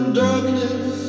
darkness